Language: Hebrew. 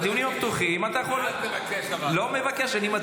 לדיונים הפתוחים אתה יכול --- אל תבקש,